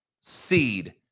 seed